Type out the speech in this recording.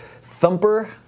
Thumper